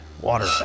Water